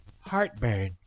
Heartburn